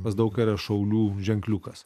pas daug ką yra šaulių ženkliukas